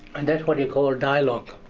and that's what you call ah dialogue.